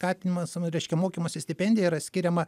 skatinimas nu reiškia mokymosi stipendija yra skiriama